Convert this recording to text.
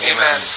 Amen